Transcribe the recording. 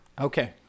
Okay